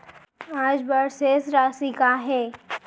आज बर शेष राशि का हे?